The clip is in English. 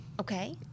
Okay